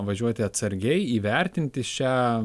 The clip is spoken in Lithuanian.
važiuoti atsargiai įvertinti šią